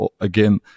again